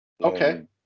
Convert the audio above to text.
Okay